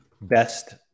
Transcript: best